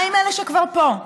מה עם אלה שכבר פה?